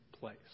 place